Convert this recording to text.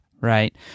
right